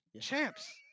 Champs